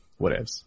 whatevs